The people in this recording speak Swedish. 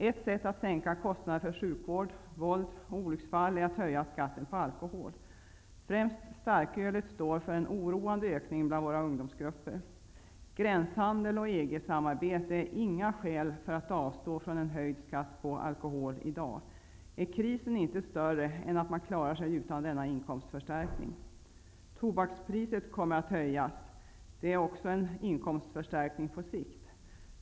Ett sätt att sänka kostnaderna för sjukvård, våld och olycksfall är att höja skatten på alkohol. Främst starkölet står för en oroande ökning bland våra ungdomsgrupper. Gränshandel och EG-samarbete är inga skäl för att avstå från en höjd skatt på alkohol i dag. Är krisen inte större än att man klarar sig utan denna inkomstförstärkning? Tobakspriset kommer att höjas. Det är också en inkomstförstärkning på sikt.